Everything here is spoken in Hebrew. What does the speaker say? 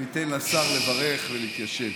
ניתן לשר לברך ולהתיישב.